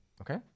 Okay